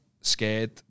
scared